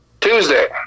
Tuesday